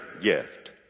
gift